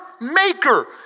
maker